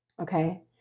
Okay